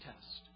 test